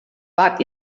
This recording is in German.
wart